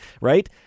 right